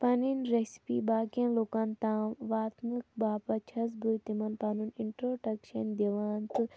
پَنٕنۍ ریٚسِپی باقِیَن لُکَن تام واتنُک باپتھ چھَس بہٕ تِمَن پَنُن اِنٹروڈکشَن دِوان تہٕ